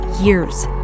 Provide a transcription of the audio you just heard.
years